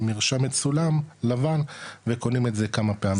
עם מרשם מצולם לבן וקונים את זה כמה פעמים.